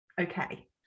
okay